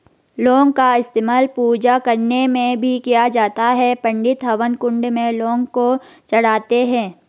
लौंग का इस्तेमाल पूजा करने में भी किया जाता है पंडित हवन कुंड में लौंग को चढ़ाते हैं